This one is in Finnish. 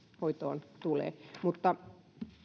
hoitoon tulee mutta